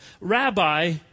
Rabbi